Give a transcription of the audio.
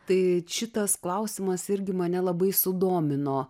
tai šitas klausimas irgi mane labai sudomino